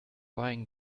buying